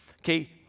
Okay